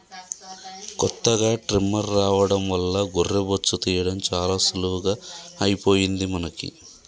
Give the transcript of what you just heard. కొత్తగా ట్రిమ్మర్ రావడం వల్ల గొర్రె బొచ్చు తీయడం చాలా సులువుగా అయిపోయింది మనకి